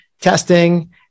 testing